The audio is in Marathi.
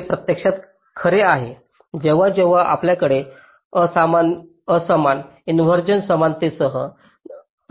हे प्रत्यक्षात खरे आहे जेव्हा जेव्हा आपल्याकडे असमान इन्व्हर्जन समतेसह